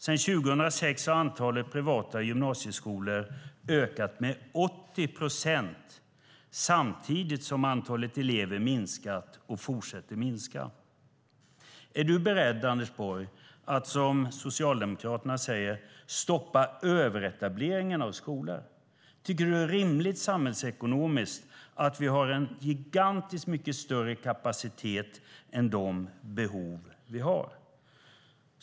Sedan 2006 har antalet privata gymnasieskolor ökat med 80 procent samtidigt som antalet elever har minskat och fortsätter att minska. Är du beredd, Anders Borg, att som Socialdemokraterna säger stoppa överetableringen av skolor? Tycker du att det är rimligt samhällsekonomiskt att vi har en gigantiskt mycket större kapacitet än de behov som vi har?